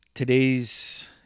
Today's